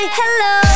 hello